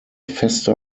feste